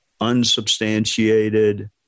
unsubstantiated